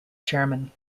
chairman